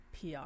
pr